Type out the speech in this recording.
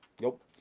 Nope